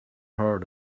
heard